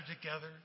together